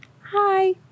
Hi